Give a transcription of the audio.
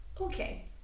okay